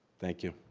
thank you.